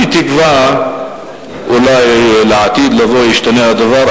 ואני תקווה שאולי בעתיד לבוא ישתנה הדבר.